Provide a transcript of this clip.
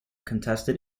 contested